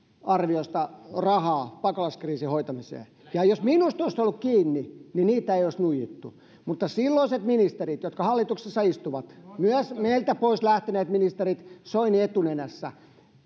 arviosta rahaa pakolaiskriisin hoitamiseen ja jos minusta olisi ollut kiinni niin niitä ei olisi nuijittu mutta silloiset ministerit jotka hallituksessa istuivat myös meiltä pois lähteneet ministerit soini etunenässä